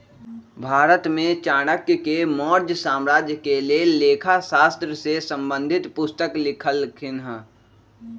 भारत में चाणक्य ने मौर्ज साम्राज्य के लेल लेखा शास्त्र से संबंधित पुस्तक लिखलखिन्ह